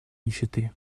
нищеты